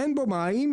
אין בו מים,